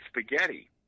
spaghetti